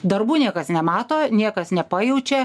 darbų niekas nemato niekas nepajaučia